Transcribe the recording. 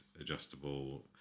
adjustable